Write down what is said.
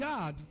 God